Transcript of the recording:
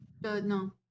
No